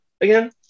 again